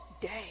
day